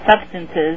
substances